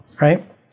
right